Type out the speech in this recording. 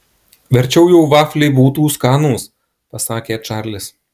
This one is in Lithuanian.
verčiau jau vafliai būtų skanūs pasakė čarlis